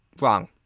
wrong